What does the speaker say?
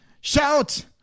shout